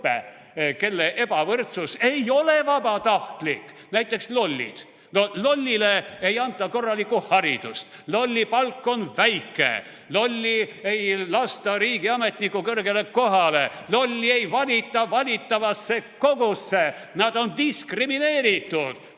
kelle ebavõrdsus ei ole vabatahtlik, näiteks lollid. No lollile ei anta korralikku haridust, lolli palk on väike, lolli ei lasta riigiametniku kõrgele kohale, lolli ei valita valitavasse kogusse, ta on diskrimineeritud.